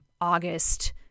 August